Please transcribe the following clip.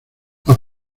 los